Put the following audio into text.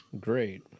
Great